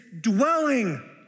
dwelling